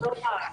לא רק.